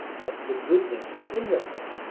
but the goodness in the thing.